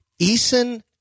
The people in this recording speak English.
Eason